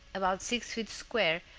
about six feet square,